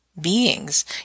Beings